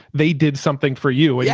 they did something for you. yeah